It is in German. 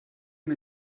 mir